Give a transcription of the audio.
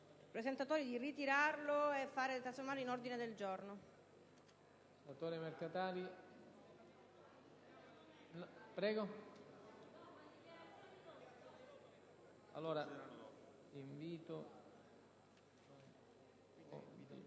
presentatori di ritirarlo e di trasformarlo in ordine del giorno.